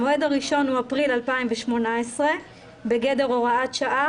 המועד הראשון הוא אפריל 2018 בגדר הוראת שעה